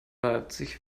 leipzig